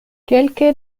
kelke